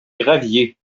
graviers